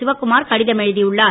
சிவக்குமார் கடிதம் எழுதியுள்ளார்